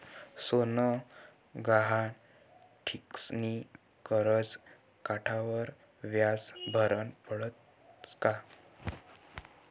सोनं गहाण ठीसनी करजं काढावर व्याज भरनं पडस का?